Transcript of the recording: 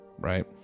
right